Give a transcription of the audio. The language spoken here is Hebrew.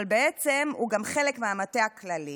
אבל בעצם הוא גם חלק מהמטה הכללי